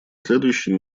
следующей